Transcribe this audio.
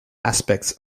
aspects